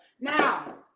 Now